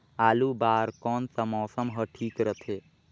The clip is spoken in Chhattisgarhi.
आलू बार कौन सा मौसम ह ठीक रथे?